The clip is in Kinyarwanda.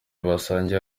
basangiye